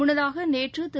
முன்னதாகநேற்றுதிரு